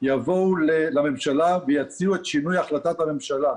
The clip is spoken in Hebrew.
יבואו לממשלה ויציעו את שינוי החלטת הממשלה,